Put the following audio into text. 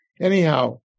Anyhow